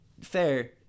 fair